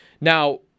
Now